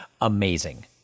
amazing